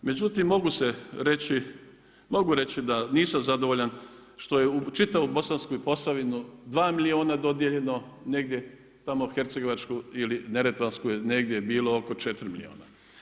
Međutim, mogu reći da nisam zadovoljan što je u čitavu Bosansku Posavinu 2 milijuna dodijeljeno negdje tamo hercegovačku ili neretvansku je negdje bilo oko 4 milijuna.